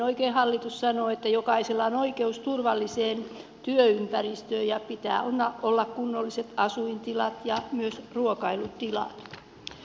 edelleen hallitus sanoo oikein että jokaisella on oikeus turvalliseen työympäristöön ja pitää olla kunnolliset asuintilat ja myös ruokailutilat